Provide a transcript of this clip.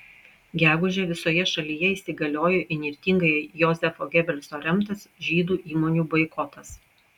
gegužę visoje šalyje įsigaliojo įnirtingai jozefo gebelso remtas žydų įmonių boikotas